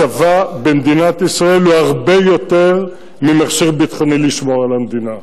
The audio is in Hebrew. הצבא במדינת ישראל הוא הרבה יותר ממכשיר ביטחוני לשמור על המדינה.